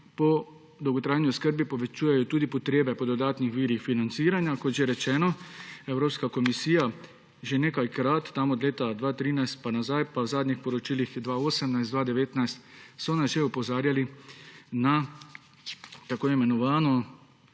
po dolgotrajni oskrbi povečujejo tudi potrebe po dodatnih virih financiranja, kot že rečeno. Evropska komisija nas je že nekajkrat, od leta 2013 in nazaj ter v zadnjih poročilih 2018/2019, opozarjala na tako imenovano